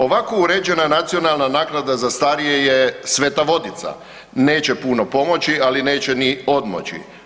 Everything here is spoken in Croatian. Ovako uređena nacionalna naknada za starije je sveta vodica, neće puno pomoći, ali neće ni odmoći.